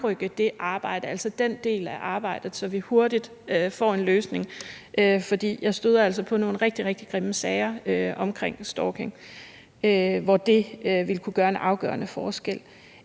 at fremrykke den del af arbejdet, så vi hurtigt får en løsning. For jeg støder altså på nogle rigtig, rigtig grimme sager om stalking, hvor det ville kunne gøre en afgørende forskel.